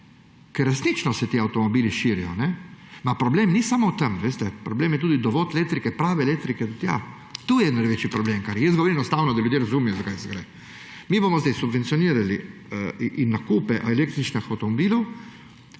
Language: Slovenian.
ker resnično se ti avtomobili širijo. Problem ni samo v tem, problem je tudi dovod elektrike, prave elektrike do tja. Tu je največji problem, kar je. Govorim enostavno, da ljudje razumejo, za kaj gre. Mi bomo sedaj subvencionirali nakupe električnih avtomobilov,